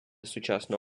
сучасну